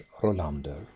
Rolander